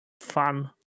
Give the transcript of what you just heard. fun